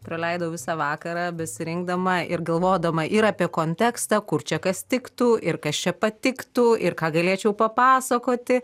praleidau visą vakarą besirinkdama ir galvodama ir apie kontekstą kur čia kas tiktų ir kas čia patiktų ir ką galėčiau papasakoti